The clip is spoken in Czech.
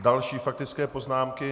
Další faktické poznámky.